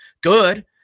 good